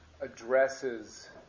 addresses